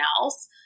else